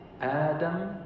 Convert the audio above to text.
Adam